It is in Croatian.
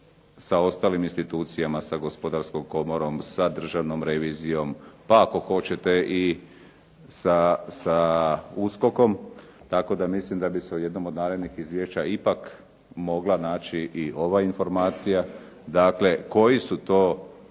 sa ostalim institucijama sa Gospodarskom komorom, sa Državnom revizijom, pa ako hoćete i sa USKOK-om, tako da mislim da bi se u jednom od narednih izvješća ipak mogla naći ova informacija, dakle koji su to